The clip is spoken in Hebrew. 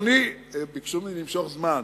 ביקשו ממני למשוך זמן.